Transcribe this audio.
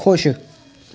खुश